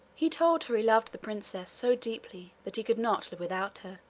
he told her he loved the princess so deeply that he could not live without her,